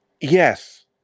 Yes